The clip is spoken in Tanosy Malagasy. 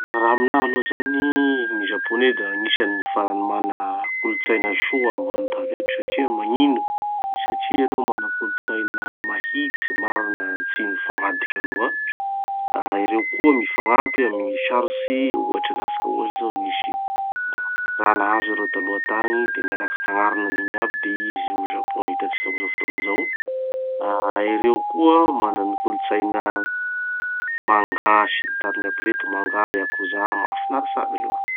Raha aminaha aloha zany gny japonais da agnisany gny farany mana kolotsaina soa ambony tany eto. Satria magnino? Satria ereo mana kolotsaina mahitsy, marina, tsy mifamadiky aloha. Ereo koa mifagnampy amy gny sarotsy, ohatsy alatsika ohatsy zao nisy ereo taloha tagny de niaraky nagnarina anigny aby de izy io japon hitatsika amizao fotoana zao. Da ereo koa mana ny kolotsaina 'manga' sy ny tariny aby reto, manga, yakuza, mahafinaritsy aby aloha.